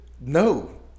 No